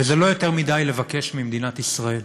וזה לא יותר מדי לבקש ממדינת ישראל.